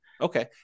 Okay